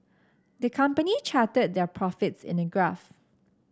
the company charted their profits in a graph